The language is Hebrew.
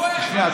אני קורא.